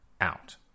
Out